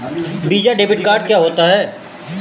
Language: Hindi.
वीज़ा डेबिट कार्ड क्या होता है?